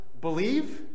believe